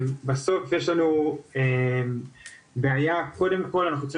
בסוף יש לנו בעיה וקודם כל השאלה שאנחנו צריכים